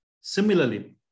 Similarly